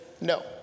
no